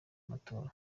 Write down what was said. matora